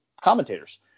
commentators